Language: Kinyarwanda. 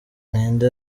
mwenda